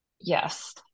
Yes